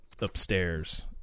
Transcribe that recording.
upstairs